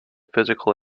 physical